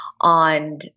on